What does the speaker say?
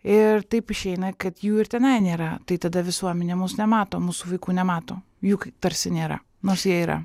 ir taip išeina kad jų ir tenai nėra tai tada visuomenė mus nemato mūsų vaikų nemato jų tarsi nėra nors jie yra